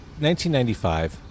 1995